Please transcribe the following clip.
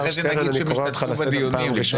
אני קורא אותך לסדר פעם ראשונה.